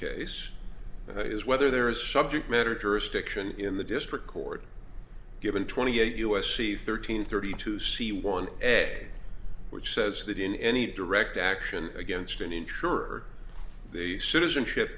case is whether there is subject matter jurisdiction in the district court given twenty eight u s c thirteen thirty two c one a which says that in any direct action against an insurer the citizenship